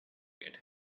get